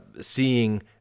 seeing